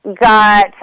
got